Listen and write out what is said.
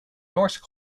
norse